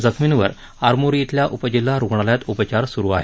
जखर्मीवर आरमोरी श्विल्या उपजिल्हा रुग्णालयात उपचार सुरु आहेत